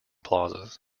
plazas